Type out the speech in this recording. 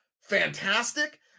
fantastic